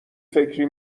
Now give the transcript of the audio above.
فکری